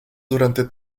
durante